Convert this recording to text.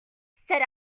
said